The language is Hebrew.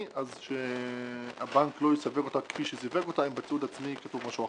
אז שהבנק לא יסווג אותה כפי שסיווג אותה אם בתיעוד עצמי כתוב משהו אחר.